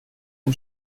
den